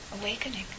awakening